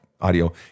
audio